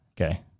Okay